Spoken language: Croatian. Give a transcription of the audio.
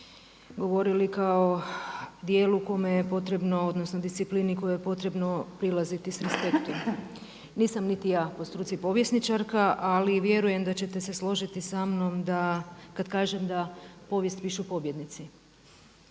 govorili kao dijelu kome je potrebno, odnosno disciplini kojoj je potrebno prilaziti sa respektom. Nisam niti ja po struci povjesničarka, ali vjerujem da ćete se složiti sa mnom kad kažem da – povijest pišu pobjednici.